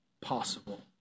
possible